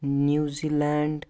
New Zealand